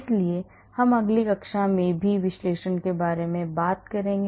इसलिए हम अगली कक्षा में भी विश्लेषण के बारे में बात करेंगे